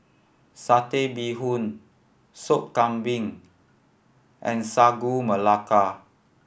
Satay Bee Hoon Soup Kambing and Sagu Melaka